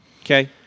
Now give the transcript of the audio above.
Okay